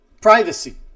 privacy